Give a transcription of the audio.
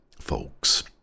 folks